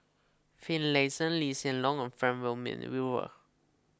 Finlayson Lee Hsien Loong and Frank Wilmin Brewer